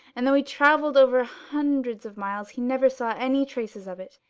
and though he travelled over hundreds of miles, he never saw any traces of it.